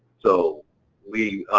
so we,